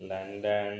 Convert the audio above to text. London